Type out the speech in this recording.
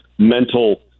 mental